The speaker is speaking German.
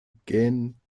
gähnen